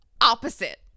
Opposite